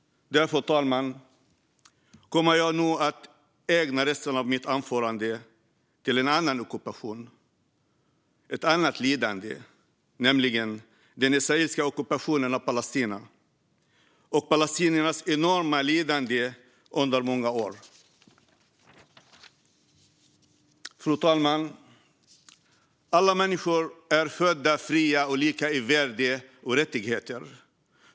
Fru talman! Jag kommer att ägna resten av mitt anförande åt en annan ockupation, ett annat lidande: den israeliska ockupationen av Palestina och palestiniernas enorma lidande under många år. Fru talman! "Alla människor är födda fria och lika i värde och rättigheter."